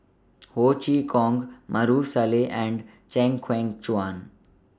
Ho Chee Kong Maarof Salleh and Chew Kheng Chuan